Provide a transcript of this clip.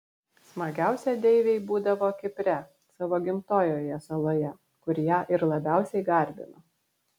smagiausia deivei būdavo kipre savo gimtojoje saloje kur ją ir labiausiai garbino